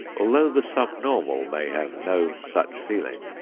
although the subnormal may have no such feeling,